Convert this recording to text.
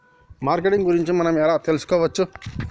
Marketing గురించి మనం ఎలా తెలుసుకోవచ్చు?